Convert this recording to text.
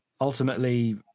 ultimately